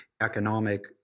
economic